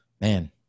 man